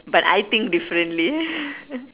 but I think differently